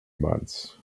months